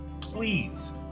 Please